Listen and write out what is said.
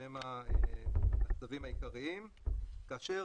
שהם הצווים העיקריים כאשר,